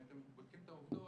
אם הייתם בודקים את העובדות,